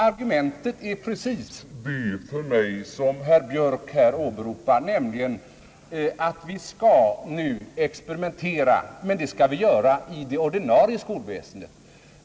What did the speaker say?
Argumentet är för mig precis det som herr Björk här åberopar, nämligen att vi nu skall experimentera. Men jag anser att vi bör göra detta inom det ordinarie skolväsendet.